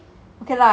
get on that